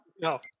No